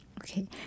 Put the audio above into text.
Okay